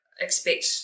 expect